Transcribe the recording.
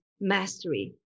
mastery